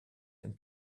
and